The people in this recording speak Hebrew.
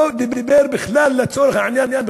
הוא לא דיבר בכלל לעניין,